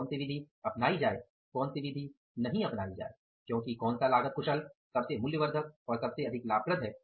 कौन सी विधि अपनाई जाये कौन सी विधि नहीं अपनाई जाये क्योंकि कौन सा लागत कुशल सबसे मूल्य वर्धक और सबसे अधिक लाभप्रद है